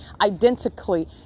identically